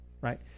right